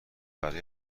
برای